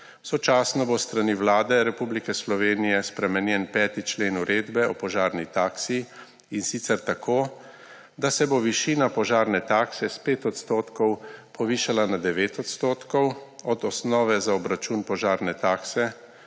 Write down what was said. Sočasno bo s strani Vlade Republike Slovenije spremenjen 5. člen Uredbe o požarni taksi, in sicer tako, da se bo višina požarne takse s 5 % povišala na 9 % od osnove za obračun požarne takse